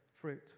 fruit